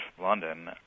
London